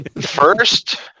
First